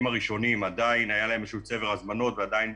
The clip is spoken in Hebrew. הראשונים עדיין היה להם איזשהו צבר הזמנות ועדיין